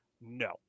no